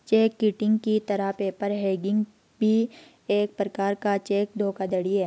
check kiting की तरह paper hanging भी एक प्रकार का चेक धोखाधड़ी है